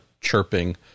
chirping